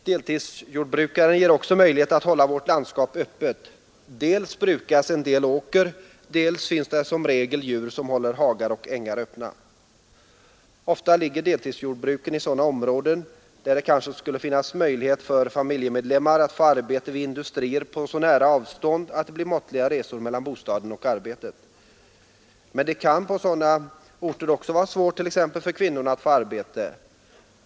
Deltidsjordbruken ger också möjligheter att hålla vårt landskap öppet. Dels brukas en viss del åker, dels finns där som regel djur, som håller hagar och ängar öppna. Ofta ligger deltidsjordbruken i sådana områden, där det finns möjligheter för familjemedlemmar att få arbete vid industrier på så nära avstånd att det blir måttliga resor mellan bostaden och arbetet. Men det kan på sådana orter också vara svårt t.ex. för kvinnorna att få arbete.